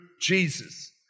Jesus